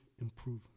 improve